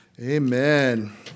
Amen